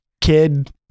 kid